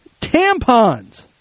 tampons